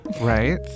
right